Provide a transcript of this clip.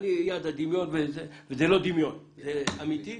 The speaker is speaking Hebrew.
וזה לא דמיון, זה אמיתי.